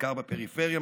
בעיקר בפריפריה,